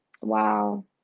Wow